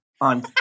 on